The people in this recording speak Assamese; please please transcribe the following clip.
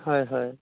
হয় হয়